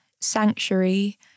sanctuary